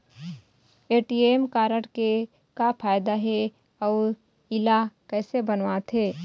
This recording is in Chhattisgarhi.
ए.टी.एम कारड के का फायदा हे अऊ इला कैसे बनवाथे?